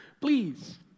Please